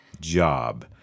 job